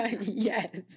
Yes